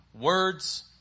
words